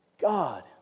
God